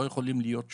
לא יכולים להיות שניים.